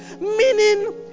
Meaning